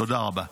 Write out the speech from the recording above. תודה רבה.